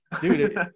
dude